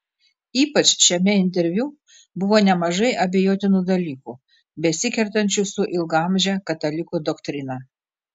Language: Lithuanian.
ypač šiame interviu buvo nemažai abejotinų dalykų besikertančių su ilgaamže katalikų doktrina